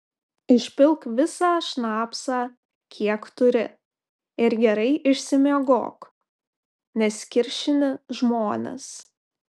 išpilk visą šnapsą kiek turi ir gerai išsimiegok nes kiršini žmones